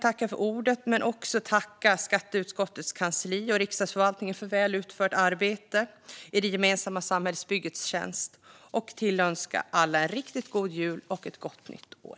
Jag vill tacka skatteutskottets kansli och Riksdagsförvaltningen för väl utfört arbete i det gemensamma samhällsbyggets tjänst. Jag tillönskar alla en riktigt god jul och ett gott nytt år.